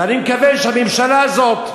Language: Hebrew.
ואני מקווה שהממשלה הזאת,